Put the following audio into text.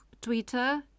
Twitter